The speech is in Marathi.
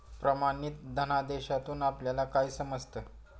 प्रमाणित धनादेशातून आपल्याला काय समजतं?